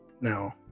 no